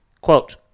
Quote